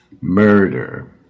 murder